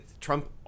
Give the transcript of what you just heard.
Trump